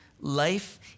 life